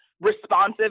responsive